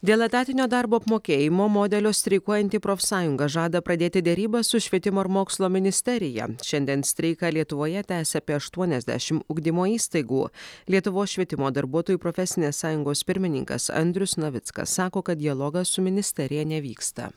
dėl etatinio darbo apmokėjimo modelio streikuojanti profsąjunga žada pradėti derybas su švietimo ir mokslo ministerija šiandien streiką lietuvoje tęsia apie aštuoniasdešim ugdymo įstaigų lietuvos švietimo darbuotojų profesinės sąjungos pirmininkas andrius navickas sako kad dialogas su ministerija nevyksta